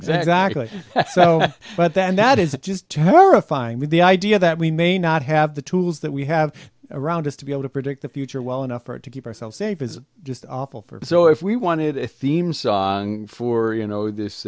exactly so but then that is just her refined with the idea that we may not have the tools that we have around us to be able to predict the future well enough or to keep ourselves safe is just awful for so if we wanted a theme song for you know this